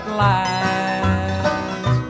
lies